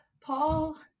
Paul